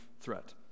threat